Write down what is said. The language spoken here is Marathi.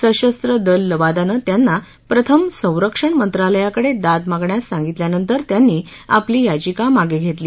सशस्त्र दल लवादाने त्यांना प्रथम संरक्षण मंत्रालयाकडे दाद मागण्यास सांगितल्यानंतर त्यांनी आपली याचिका मागे घेतली